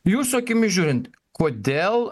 jūsų akimis žiūrint kodėl